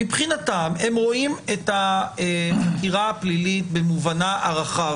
מבחינתם הם רואים את החקירה הפלילית במובנה הרחב,